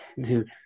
Dude